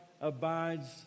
abides